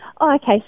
Okay